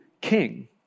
king